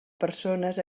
persones